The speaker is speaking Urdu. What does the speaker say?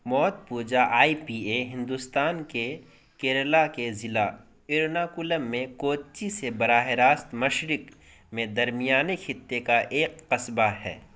موت پوجا آئی پی اے ہندوستان کے کیرالا کے ضلع ایرناکولم میں کوچی سے براہ راست مشرق میں درمیانی خطے کا ایک قصبہ ہے